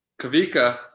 Kavika